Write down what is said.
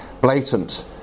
blatant